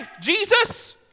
Jesus